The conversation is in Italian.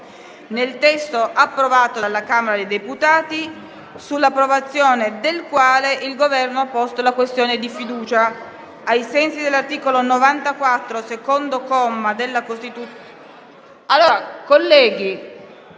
nel testo approvato dalla Camera dei deputati, sull'approvazione del quale il Governo ha posto la questione di fiducia. Ricordo che ai sensi dell'articolo 94, secondo comma, della Costituzione